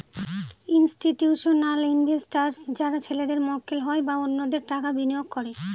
institutional investors যারা ছেলেদের মক্কেল হয় বা অন্যদের টাকা বিনিয়োগ করে